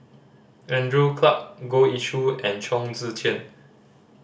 Andrew Clarke Goh Ee Choo and Chong Tze Chien